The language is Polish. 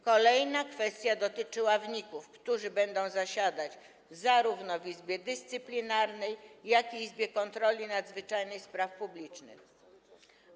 Kolejna kwestia dotyczy ławników, którzy będą zasiadać zarówno w Izbie Dyscyplinarnej, jak i Izbie Kontroli Nadzwyczajnej i Spraw Publicznych.